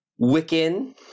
Wiccan